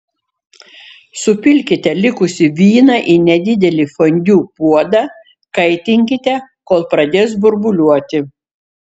supilkite likusį vyną į nedidelį fondiu puodą kaitinkite kol pradės burbuliuoti